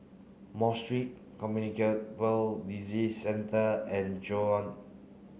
Mosque Street Communicable Disease Centre and Joan